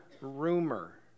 rumor